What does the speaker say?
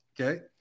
Okay